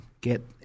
get